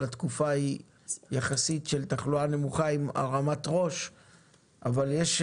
אבל התקופה היא עם תחלואה נמוכה יחסית והרמת ראש אבל יחד עם זאת,